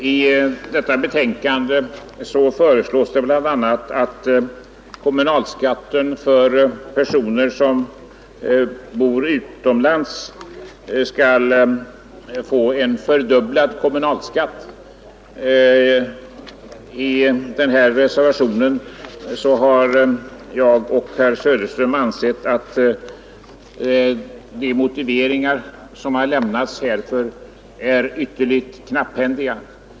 Herr talman! I detta betänkande föreslås bl.a. att personer som bor utomlands skall få en fördubblad kommunalskatt. I vår reservation har jag och herr Söderström ansett att de motiveringar som har lämnats är ytterligt knapphändiga.